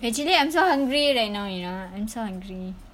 actually I'm so hungry right now you know I'm so hungry